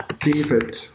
David